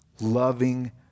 loving